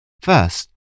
First